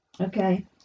okay